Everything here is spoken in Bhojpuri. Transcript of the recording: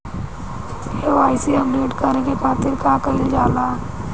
के.वाइ.सी अपडेट करे के खातिर का कइल जाइ?